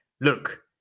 Look